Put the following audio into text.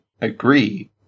agree